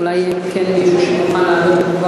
אולי כן מוכן לעלות,